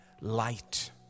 light